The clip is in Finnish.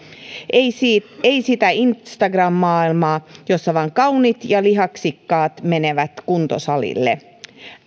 ei sitä instagram maailmaa jossa vain kauniit ja lihaksikkaat menevät kuntosalille